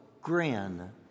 Grin